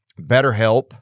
BetterHelp